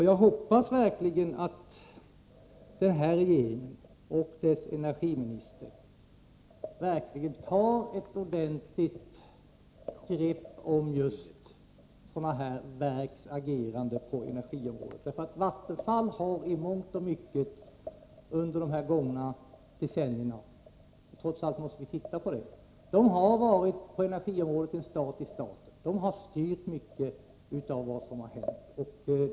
Jag hoppas verkligen att den här regeringen och dess energiminister tar ett fast grepp om detta verks agerande på energiområdet. Vi måste trots allt beakta att Vattenfall på energiområdet i mångt och mycket har varit en stat i staten. Verket har i mycket styrt händelseutvecklingen.